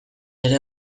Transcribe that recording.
ere